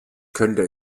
könnte